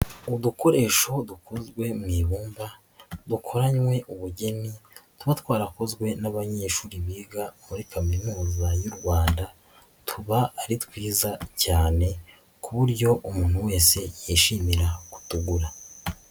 Udukoresho dukozwe mu ibumba dukoranywe ubugeni tuba twarakozwe n'abanyeshuri biga muri kaminuza y'u Rwanda tuba ari twiza cyane ku buryo umuntu wese yishimira kutugura.